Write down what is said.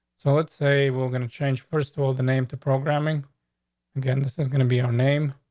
so let's say we're gonna change first of all the name to programming again. this is gonna be your name,